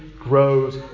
grows